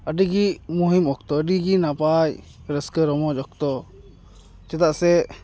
ᱟᱹᱰᱤᱜᱮ ᱢᱩᱦᱤᱢ ᱚᱠᱛᱚ ᱟᱹᱰᱤᱜᱮ ᱱᱟᱯᱟᱭ ᱨᱟᱹᱥᱠᱟᱹᱼᱨᱚᱢᱚᱡᱽ ᱚᱠᱛᱚ ᱪᱮᱫᱟᱜ ᱥᱮ